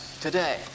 today